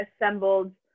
assembled